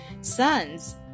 son's